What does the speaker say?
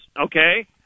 Okay